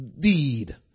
deed